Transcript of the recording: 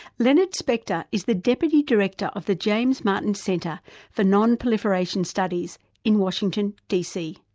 leonard spector is the deputy director of the james martin center for non-proliferation studies in washington dc.